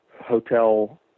hotel